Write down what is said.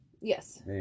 Yes